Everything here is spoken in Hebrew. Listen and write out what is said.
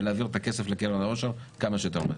ולהעביר את הכסף לקרן העושר כמה שיותר מהר.